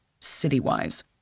city-wise